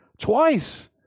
Twice